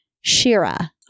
Shira